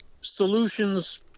solutions